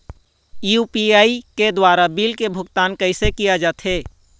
UPI के द्वारा bill के भुगतान कैसे किया जाथे?